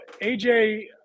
AJ